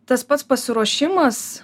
tas pats pasiruošimas